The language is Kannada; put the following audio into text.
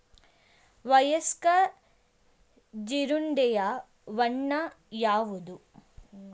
ವಯಸ್ಕ ಜೀರುಂಡೆಯ ಬಣ್ಣ ಯಾವುದು?